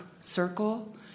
circle